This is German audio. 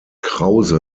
krause